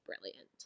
brilliant